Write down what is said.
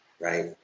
right